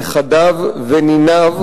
נכדיו וניניו,